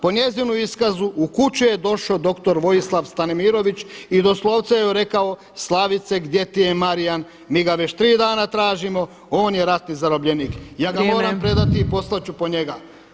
Po njezinu iskazu u kuću je došao dr. Vojislav Stanimirović i doslovce joj rekao, Slavice gdje ti je Marijan mi ga već tri dana tražimo, on je ratni zarobljenik [[Upadica Opačić: Vrijeme.]] ja ga moram predati i poslat ću po njega.